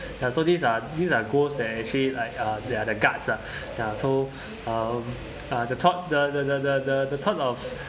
ya so these are these are ghosts that actually like uh they are the guards lah ya so um uh the thought the the the the the thought of